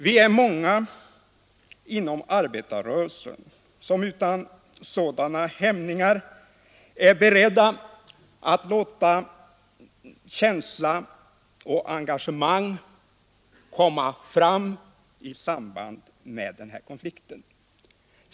Vi är många inom arbetarrörelsen som utan sådana hämningar är beredda att låta känsla och engagemang komma till uttryck i samband med den här konflikten.